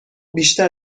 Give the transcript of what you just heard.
بیشتر